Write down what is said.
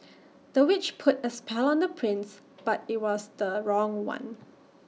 the witch put A spell on the prince but IT was the wrong one